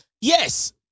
yes